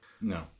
No